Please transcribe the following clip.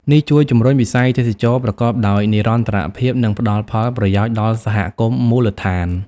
នេះជួយ ជំរុញវិស័យទេសចរណ៍ប្រកបដោយនិរន្តរភាព និងផ្តល់ផលប្រយោជន៍ដល់សហគមន៍មូលដ្ឋាន។